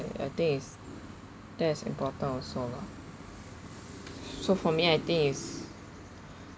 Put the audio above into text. uh I think it's that's important also lah so for me I think it's